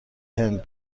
هند